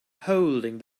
holding